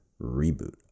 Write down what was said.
reboot